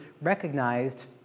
recognized